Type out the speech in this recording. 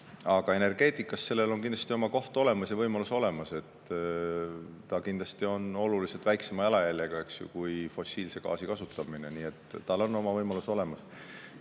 Aga energeetikas sellel on kindlasti oma koht olemas ja võimalus olemas. Ta kindlasti on oluliselt väiksema jalajäljega kui fossiilse gaasi kasutamine, nii et see võimalus on olemas. Ja